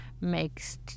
makes